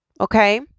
Okay